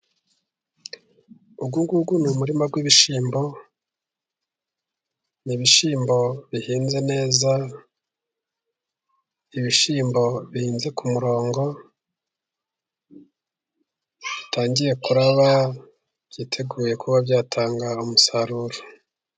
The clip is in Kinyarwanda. Uyu nguyu ni umurima w'ibishyimbo, ni ibishyimbo bihinze neza, ibishyimbo bihinze ku murongo, bitangiye kuraba byiteguye kuba byatanga umusaruro.